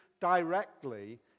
directly